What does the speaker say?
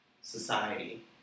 society